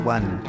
One